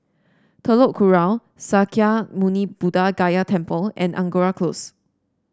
Telok Kurau Sakya Muni Buddha Gaya Temple and Angora Close